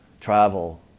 travel